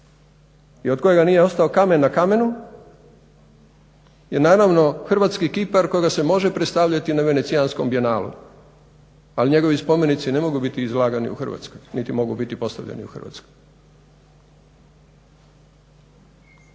i od kojega nije ostao kamen na kamenu i naravno hrvatski kipar kojega se može predstavljati na venecijanskom bijenalu. Ali njegovi spomenici ne mogu biti izlagani u Hrvatskoj, niti mogu biti postavljeni u Hrvatskoj.